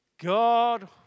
God